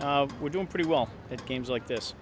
so we're doing pretty well at games like this